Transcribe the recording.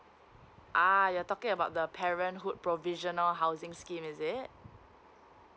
ah you're talking about the parenthood provisional housing scheme is it